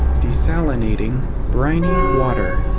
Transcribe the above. desalinating briny water.